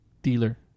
Dealer